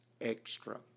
extra